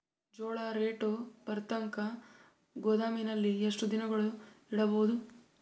ಜೋಳ ರೇಟು ಬರತಂಕ ಗೋದಾಮಿನಲ್ಲಿ ಎಷ್ಟು ದಿನಗಳು ಯಿಡಬಹುದು?